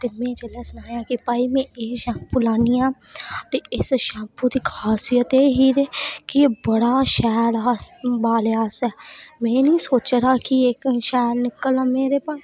ते में जेल्लै सनाया भाई में एह् शैम्पू लान्नी आं ते इस शैम्पू च खासियत एह् ही कि एह् बड़ा शैल हा बालें आस्तै में निं सोचे दा हा कि शैल निकलना मेरे